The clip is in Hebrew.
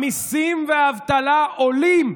המיסים והאבטלה עולים,